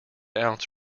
ounce